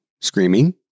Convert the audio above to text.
screaming